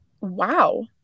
wow